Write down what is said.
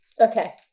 okay